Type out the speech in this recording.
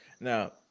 Now